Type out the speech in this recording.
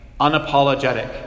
unapologetic